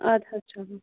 اَدٕ حظ چلو